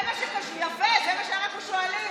זה מה שקשור, יפה, זה מה שאנחנו שואלים.